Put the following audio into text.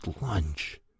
lunch